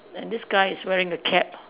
and this guy is wearing a cap